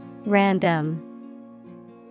Random